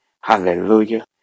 Hallelujah